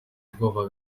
ubwoba